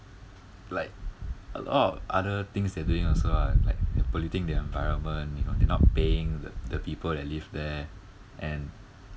like a lot of other things they're doing also lah like they're polluting the environment you know they're not paying the the people that live there and